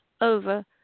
over